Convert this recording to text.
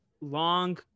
long